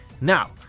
Now